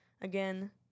again